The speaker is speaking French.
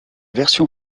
version